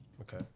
okay